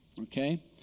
okay